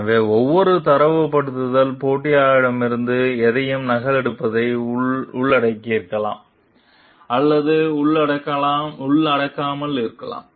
எனவே ஒவ்வொரு தரப்படுத்தல் போட்டியாளரிடமிருந்து எதையும் நகலெடுப்பதை உள்ளடக்கியிருக்கலாம் அல்லது உள்ளடக்காமல் இருக்கலாம்